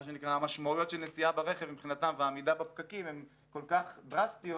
המשמעויות של נסיעה ברכב מבחינתם ועמידה בפקקים הן כל כך דרסטיות